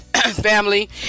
family